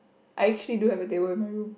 I actually do have a table in my room